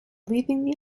leaving